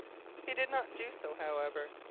he did not do so, however,